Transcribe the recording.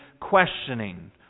questioning